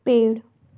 पेड़